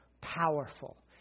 powerful